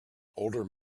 older